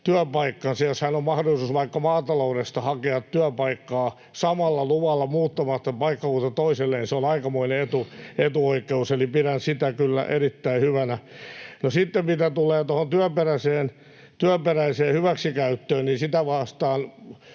työpaikkansa ja jos hänellä on mahdollisuus vaikka maataloudesta hakea työpaikkaa samalla luvalla muuttamatta paikkakunnalta toiselle, niin se on aikamoinen etuoikeus, eli pidän sitä kyllä erittäin hyvänä. Mitä tulee työperäiseen hyväksikäyttöön, niin sitä vastaan